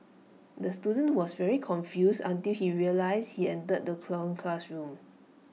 the student was very confused until he realised he entered the wrong classroom